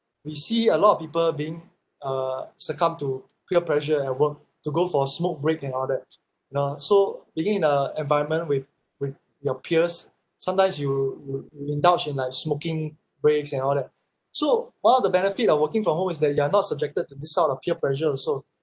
we see a lot of people being uh succumb to peer pressure at work to go for smoke break and all that you know so being in a environment with with your peers sometimes you you you indulge in like smoking breaks and all that so one of the benefit of working from home is that you are not subjected to this sort of peer pressure also